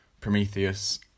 Prometheus